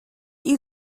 you